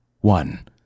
one